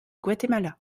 guatemala